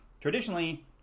traditionally